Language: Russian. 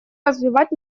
развивать